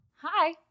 Hi